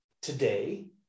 Today